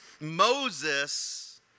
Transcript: Moses